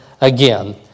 again